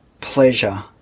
pleasure